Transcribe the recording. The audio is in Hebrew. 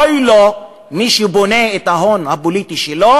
אוי לו למי שבונה את ההון הפוליטי שלו